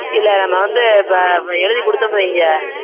இல்லை நம்ம வந்து இப்போ இப்போ எழுதிக் கொடுத்தோம்னு வைங்க